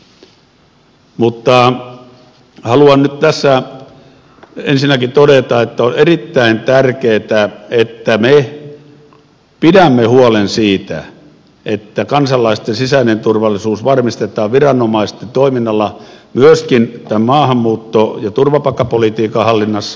haluan nyt tässä ensinnäkin todeta että on erittäin tärkeätä että me pidämme huolen siitä että kansalaisten sisäinen turvallisuus varmistetaan viranomaisten toiminnalla myöskin tämän maahanmuutto ja turvapaikkapolitiikan hallinnassa